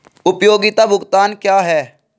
उपयोगिता भुगतान क्या हैं?